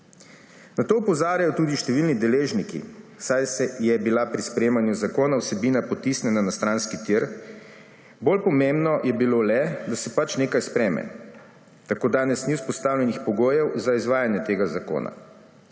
Na to opozarjajo tudi številni deležniki, saj je bila pri sprejemanju zakona vsebina potisnjena na stranski tir. Bolj pomembno je bilo le, da se pač nekaj sprejme. Tako danes niso vzpostavljeni pogoji za izvajanje tega zakona.